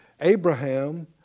Abraham